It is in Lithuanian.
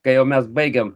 kai jau mes baigėm